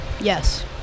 yes